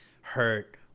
hurt